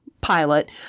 pilot